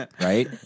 Right